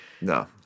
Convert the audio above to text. No